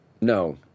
No